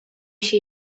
się